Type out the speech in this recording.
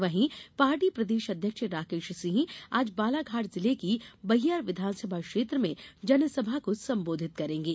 वहीं पार्टी प्रदेश अध्यक्ष राकेश सिंह आज बालाघाट जिले की बैहर विधानसभा क्षेत्र में जनसभा को संबोधित करेंगे